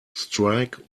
strike